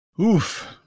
Oof